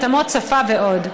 התאמות שפה ועוד.